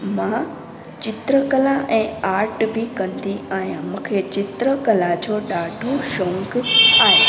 मां चित्रकला ऐं आट बि कंदी आहियां मूंखे चित्रकला जो ॾाढो शौक़ु आहे